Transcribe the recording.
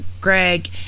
greg